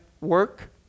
work